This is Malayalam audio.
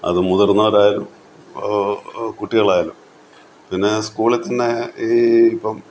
അത് മുതിർന്നവർ ആയാലും കുട്ടികൾ ആയാലും പിന്നെ സ്ക്കൂളിൽ തന്നെ ഈ ഇപ്പം